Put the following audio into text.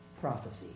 prophecy